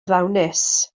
ddawnus